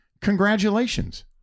congratulations